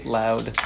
loud